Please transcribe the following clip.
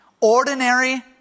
ordinary